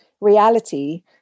reality